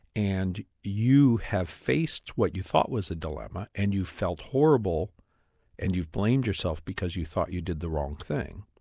and you have faced what you thought was a dilemma, and you felt horrible and you blamed yourself because you thought you did the wrong thing,